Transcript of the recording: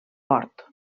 port